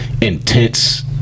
intense